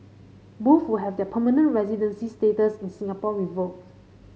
both will have their permanent residency status in Singapore revoked